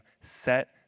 set